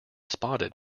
spotted